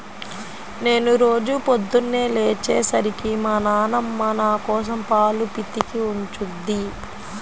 నేను రోజూ పొద్దన్నే లేచే సరికి మా నాన్నమ్మ నాకోసం పాలు పితికి ఉంచుద్ది